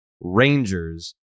Rangers